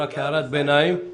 רק בהערת ביניים,